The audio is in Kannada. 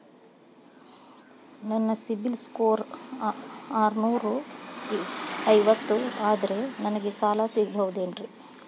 ನನ್ನ ಸಿಬಿಲ್ ಸ್ಕೋರ್ ಆರನೂರ ಐವತ್ತು ಅದರೇ ನನಗೆ ಸಾಲ ಸಿಗಬಹುದೇನ್ರಿ?